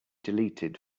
deleted